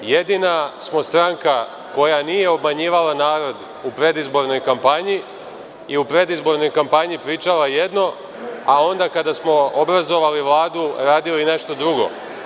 Jedina smo stranka koja nije obmanjivala narod u predizbornoj kampanji i u predizbornoj kampanji pričala jedno, a onda kada smo obrazovali Vladu, radili nešto drugo.